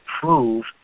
prove